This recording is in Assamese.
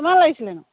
কিমান লাগিছিলেনো